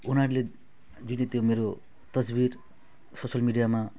उनीहरूले जुन चाहिँ त्यो मेरो तस्बिर सोसियल मिडियामा